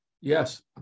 yes